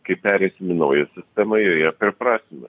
kai pereisim į naują sistemą joje priprasime